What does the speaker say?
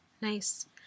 nice